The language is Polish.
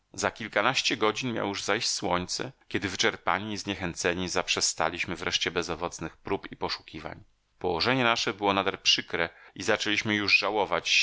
za kilkanaście godzin miało już zajść słońce kiedy wyczerpani i zniechęceni zaprzestaliśmy wreszcie bezowocnych prób i poszukiwań położenie nasze było nader przykre i zaczęliśmy już żałować